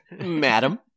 Madam